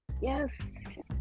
yes